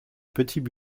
petits